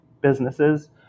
businesses